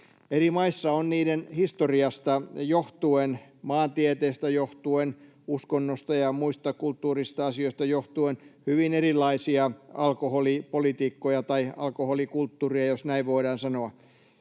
Eri maissa on niiden historiasta johtuen — maantieteestä johtuen, uskonnosta ja muista kulttuurisista asioista johtuen — hyvin erilaisia alkoholipolitiikkoja tai alkoholikulttuureja, jos näin voidaan sanoa.